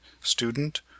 student